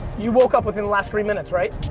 you woke up within the last three minutes, right?